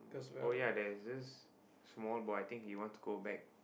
oh ya there is this small boy I think he want to go back